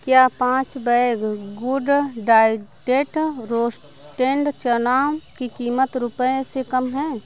क्या पाँच bag good diet roasted चना की क़ीमत रुपये से कम है